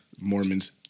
mormons